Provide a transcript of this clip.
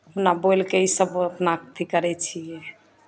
अपना बोल कऽ ईसभ अपना अथी करै छियै